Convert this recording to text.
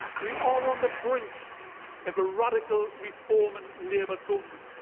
we are on the brink of a radical reforming labour government,